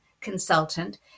consultant